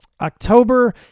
October